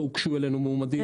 לא הוגשו אלינו מועמדים.